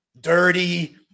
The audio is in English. Dirty